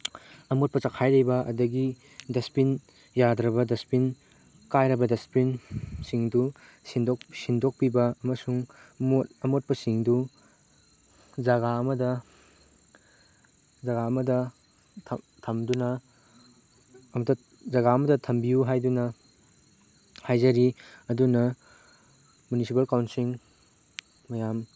ꯑꯃꯣꯠꯄ ꯆꯈꯥꯏꯔꯤꯕ ꯑꯗꯒꯤ ꯗꯁꯕꯤꯟ ꯌꯥꯗ꯭ꯔꯕ ꯗꯁꯕꯤꯟ ꯀꯥꯏꯔꯕ ꯗꯁꯕꯤꯟꯁꯤꯡꯗꯨ ꯁꯤꯟꯗꯣꯛꯄꯤꯕ ꯑꯃꯁꯨꯡ ꯑꯃꯣꯠꯄꯁꯤꯡꯗꯨ ꯖꯒꯥ ꯑꯃꯗ ꯖꯒꯥ ꯑꯃꯗ ꯊꯝꯗꯨꯅ ꯖꯒꯥ ꯑꯃꯗ ꯊꯝꯕꯤꯌꯨ ꯍꯥꯏꯗꯨꯅ ꯍꯥꯏꯖꯔꯤ ꯑꯗꯨꯅ ꯃꯨꯅꯤꯁꯤꯄꯥꯜ ꯀꯥꯎꯟꯁꯤꯜ ꯃꯌꯥꯝ